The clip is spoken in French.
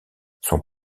son